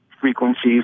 frequencies